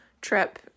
trip